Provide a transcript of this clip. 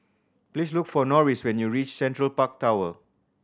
please look for Norris when you reach Central Park Tower